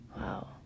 Wow